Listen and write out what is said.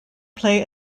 play